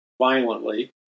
violently